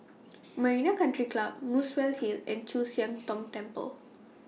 Marina Country Club Muswell Hill and Chu Siang Tong Temple